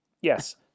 Yes